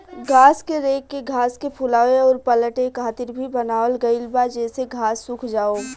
घास के रेक के घास के फुलावे अउर पलटे खातिर भी बनावल गईल बा जेसे घास सुख जाओ